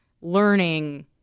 learning